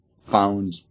found